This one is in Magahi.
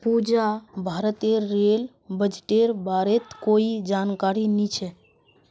पूजाक भारतेर रेल बजटेर बारेत कोई जानकारी नी छ